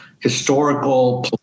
historical